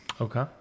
Okay